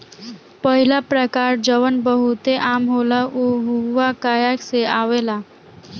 पहिला प्रकार जवन बहुते आम होला उ हुआकाया से आवेला